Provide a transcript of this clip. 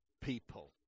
people